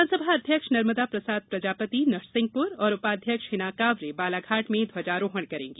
विधानसभा अध्यक्ष नर्मदा प्रसाद प्रजापति नरसिंहपुर और उपाध्यक्ष हिना कांवरे बालाघाट में ध्वजारोहण करेंगी